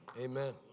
Amen